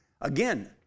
Again